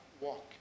walk